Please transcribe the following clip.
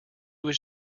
was